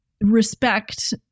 respect